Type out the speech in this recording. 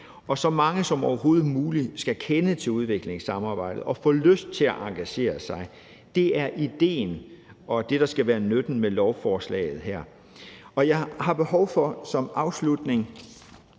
og så mange som overhovedet muligt skal kende til udviklingssamarbejdet og få lyst til at engagere sig. Det er idéen og det, der skal være nytten med lovforslaget her. Jeg har behov for som afslutning